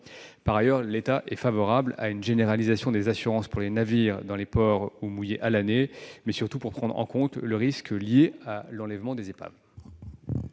revanche, l'État est favorable à la généralisation des assurances pour les navires dans les ports où ils mouillent à l'année, notamment pour prendre en compte le risque lié à l'enlèvement des épaves.